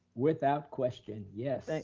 without question, yes.